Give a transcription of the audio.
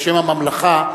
בשם הממלכה,